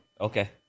Okay